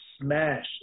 smash